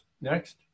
Next